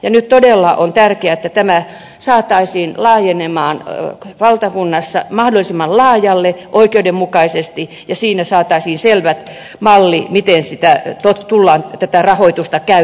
nyt todella on tärkeää että tämä saataisiin laajenemaan valtakunnassa mahdollisimman laajalle oikeudenmukaisesti ja siitä saataisiin selvä malli miten tätä rahoitusta tullaan käyttämään